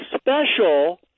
special